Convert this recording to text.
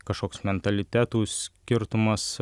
kažkoks mentalitetų skirtumas